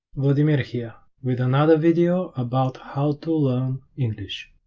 vladimir here with another video about how to learn english